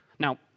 Now